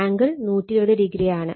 angle 120o ആണ്